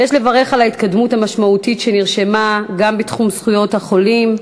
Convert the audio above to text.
ויש לברך על ההתקדמות המשמעותית שנרשמה גם בתחום זכויות החולים.